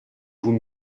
vous